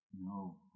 No